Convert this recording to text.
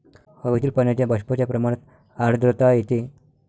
हवेतील पाण्याच्या बाष्पाच्या प्रमाणात आर्द्रता येते